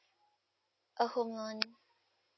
a home loan